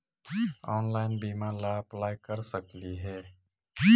Online बीमा ला apply कर सकली हे?